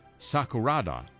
Sakurada